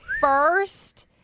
first